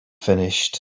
finished